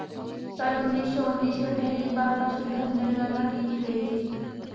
सन उन्नीस सौ उन्नीस में पहली बार पशुधन जनगणना की गई थी